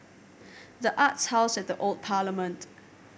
The Arts House at the Old Parliament